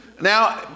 Now